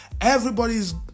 everybody's